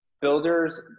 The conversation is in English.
builders